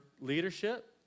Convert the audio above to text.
leadership